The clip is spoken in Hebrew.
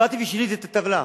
באתי ושיניתי את הטבלה,